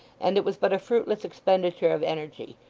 and it was but a fruitless expenditure of energy,